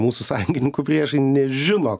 mūsų sąjungininkų priešai nežino